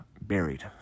buried